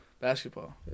Basketball